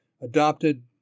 adopted